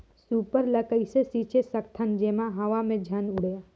Super ल कइसे छीचे सकथन जेमा हवा मे झन उड़े?